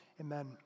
Amen